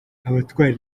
abatwara